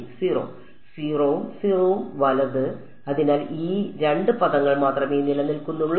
0 ഉം 0 ഉം വലത് അതിനാൽ ഈ രണ്ട് പദങ്ങൾ മാത്രമേ നിലനിൽക്കുന്നുള്ളൂ